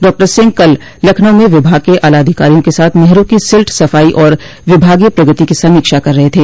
doctor Singh कल लखनऊ में विभाग के आलाधिकारिया के साथ नहरों की सिल्ट सफाई और विभागीय प्रगति की समीक्षा कर रहे थे